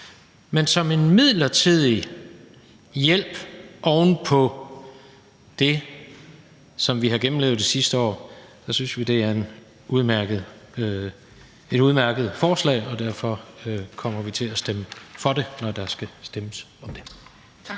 Men som en midlertidig hjælp oven på det, som vi har gennemlevet det sidste år, synes vi, det er et udmærket forslag, og derfor kommer vi til at stemme for det, når der skal stemmes om det. Kl.